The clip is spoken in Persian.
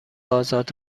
آزاد